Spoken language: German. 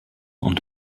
und